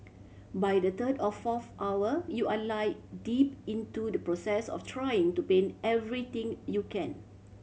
by the third or fourth hour you are like deep into the process of trying to paint everything you can